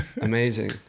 Amazing